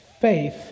faith